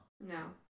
no